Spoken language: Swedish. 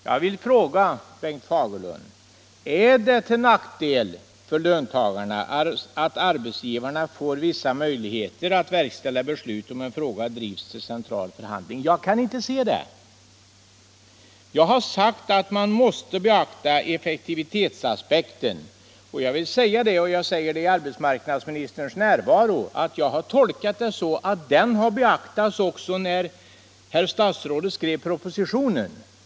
Jag vill fråga herr Fagerlund: Är det till nackdel för löntagarna att arbetsgivarna får vissa möjligheter att verkställa beslut om en fråga drivs till central förhandling? Jag kan inte se det. Jag har sagt att man måste beakta effektivitetsaspekten. Jag vill säga i arbetsmarknadsministerns närvaro att jag har tolkat det så att denna aspekt har beaktats också när statsrådet skrev propositionen.